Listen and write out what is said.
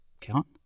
count